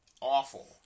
awful